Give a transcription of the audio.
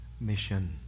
mission